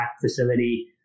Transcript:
facility